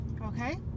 okay